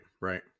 right